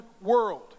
world